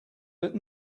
but